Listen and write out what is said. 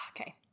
okay